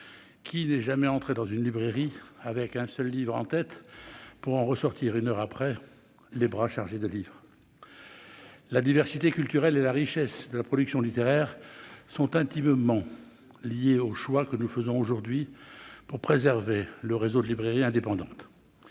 Qui n'est jamais entré dans une librairie avec un seul livre en tête, pour en ressortir, une heure après, les bras chargés de livres ? C'est vrai ! La diversité culturelle et la richesse de la production littéraire sont intimement liées aux choix que nous faisons aujourd'hui pour préserver le réseau de librairies indépendantes.